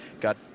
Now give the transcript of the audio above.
got